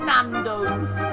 Nando's